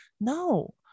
No